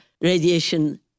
radiation